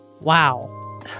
Wow